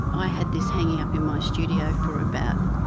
i had this hanging up in my studio for about